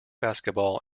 basketball